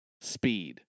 speed